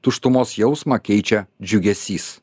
tuštumos jausmą keičia džiugesys